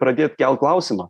pradėt kel klausimą